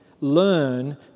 learn